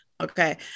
okay